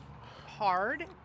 hard